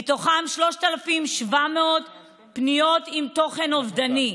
מתוכן 3,700 פניות עם תוכן אובדני,